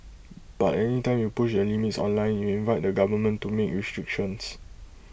but any time you push the limits online you invite the government to make restrictions